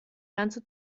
ganze